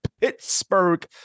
Pittsburgh